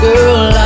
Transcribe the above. Girl